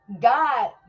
God